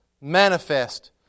manifest